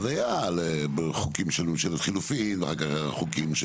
אז היה חוקים של ממשלת חילופין ואחר כך חוקים,